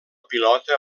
pilota